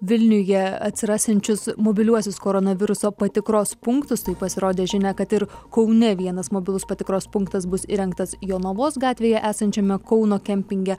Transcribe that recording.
vilniuje atsirasiančius mobiliuosius koronaviruso patikros punktus tai pasirodė žinia kad ir kaune vienas mobilus patikros punktas bus įrengtas jonavos gatvėje esančiame kauno kempinge